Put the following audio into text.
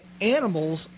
animals